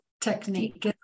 technique